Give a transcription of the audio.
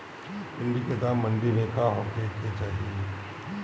भिन्डी के दाम मंडी मे का होखे के चाही?